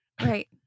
Right